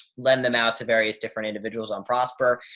lend them out to various different individuals on prosper.